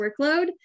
workload